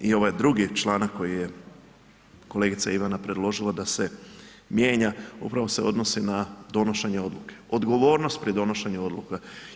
I ovaj drugi članak koji je kolegica Ivana predložila da se mijenja upravo se odnosi na donošenje odluke, odgovornost pri donošenju odluka.